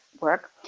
work